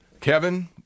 Kevin